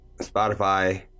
Spotify